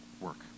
work